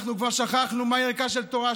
אנחנו כבר שכחנו מהו ערכה של תורה,